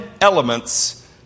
elements